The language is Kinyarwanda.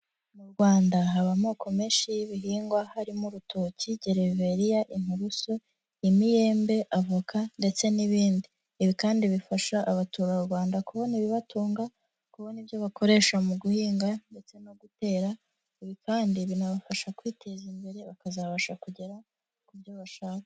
Mu Rwanda haba amoko menshi y'ibihingwa, harimo urutoki, gereveriya, inturusu, imiyembe, avoka, ndetse n'ibindi. Ibi kandi bifasha abaturarwanda kubona ibibatunga, kubona ibyo bakoresha mu guhinga, ndetse no gutera, ibi kandi binabafasha kwiteza imbere bakazabasha kugera ku byo bashaka.